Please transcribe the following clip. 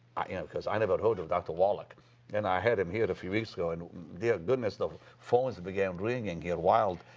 ah know, because i never heard of dr. wallach and i had him here a few weeks ago, and dear goodness, the phones began ringing here wild.